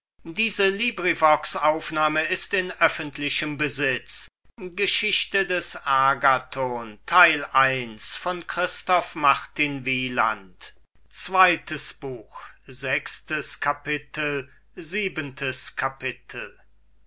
geschichte des agathon christoph martin wieland